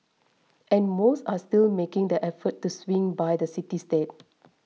and most are still making the effort to swing by the city state